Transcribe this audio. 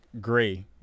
gray